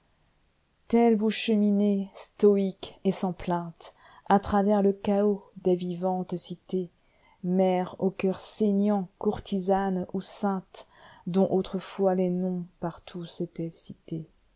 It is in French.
cheminez stoïques et sans plaintes a travers le chaos des vivantes cités mères au cœur saignant courtisanes ou saintes dont autrefois les noms par tous étaient cités